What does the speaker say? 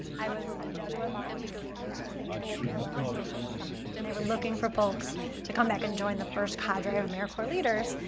i was a jesuit volunteer, and that was the year that the legislation was signed, and they were looking for folks to come back and join the first cadre of americorps leaders.